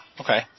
Okay